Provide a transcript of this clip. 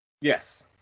Yes